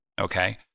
okay